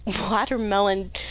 watermelon